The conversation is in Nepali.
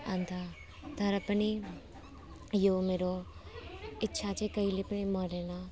अन्त तर पनि यो मेरो इच्छा चाहिँ कहिले पनि मरेन